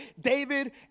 David